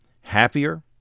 happier